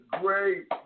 great